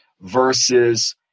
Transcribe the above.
versus